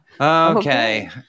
Okay